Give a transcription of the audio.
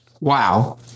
wow